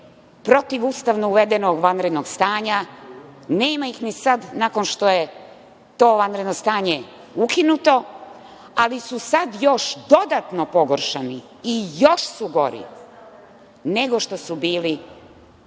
protivustavnog uvedenog vanrednog stanja, nema ih ni sad, nakon što je to vanredno stanje ukinuto, ali su sad još dodatno pogoršani i još su gori nego što su bili